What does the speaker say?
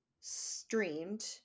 streamed